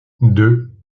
deux